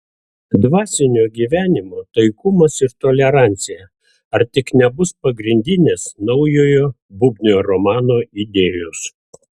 dvasinio gyvenimo taikumas ir tolerancija ar tik nebus pagrindinės naujojo bubnio romano idėjos